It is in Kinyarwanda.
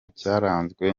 cyaranzwe